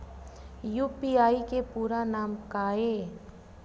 UPI के पूरा नाम का ये?